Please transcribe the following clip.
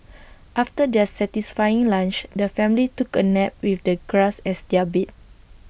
after their satisfying lunch the family took A nap with the grass as their bed